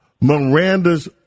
Miranda's